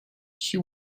she